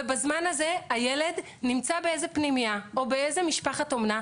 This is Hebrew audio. ובזמן הזה הילד נמצא באיזו פנימייה או באיזו משפחת אומנה,